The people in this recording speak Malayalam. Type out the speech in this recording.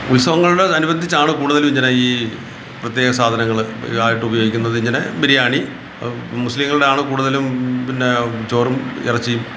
ഉത്സവങ്ങളുടെ അനുബന്ധിച്ചാണ് കൂടുതലും ഇങ്ങനെ ഈ പ്രത്യേക സാധനങ്ങൾ ആയിട്ട് ഉപയോഗിക്കുന്നത് ഇങ്ങനെ ബിരിയാണി മുസ്ലിങ്ങളുടെയാണ് കൂടുതലും പിന്നെ ചോറും ഇറച്ചിയും